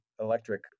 electric